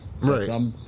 Right